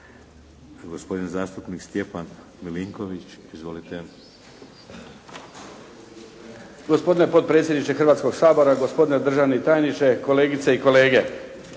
Gospodin zastupnik Stjepan Milinković. Izvolite. **Milinković, Stjepan (HDZ)** Gospodine potpredsjedniče Hrvatskog sabora, gospodine državni tajniče, kolegice i kolege.